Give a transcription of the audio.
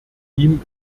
ihm